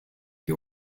you